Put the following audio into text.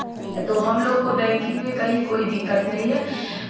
तो हमलोग को बैंकिंग में कहीं कोई दिक्कत नहीं है